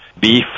beef